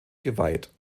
geweiht